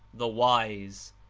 the wise.